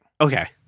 Okay